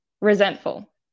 resentful